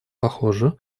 похоже